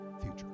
future